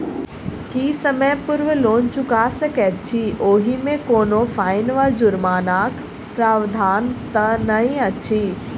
की समय पूर्व लोन चुका सकैत छी ओहिमे कोनो फाईन वा जुर्मानाक प्रावधान तऽ नहि अछि?